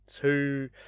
two